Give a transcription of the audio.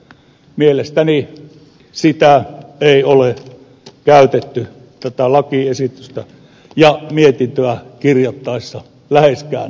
mielestäni sitä ei ole käytetty tätä lakiesitystä ja mietintöä kirjoitettaessa läheskään täysin